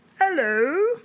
hello